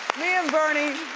me and bernie.